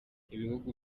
ibihugu